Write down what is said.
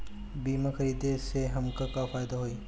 बीमा खरीदे से हमके का फायदा होई?